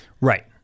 right